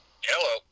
Hello